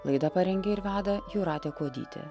laida parengė ir veda jūratė kuodytė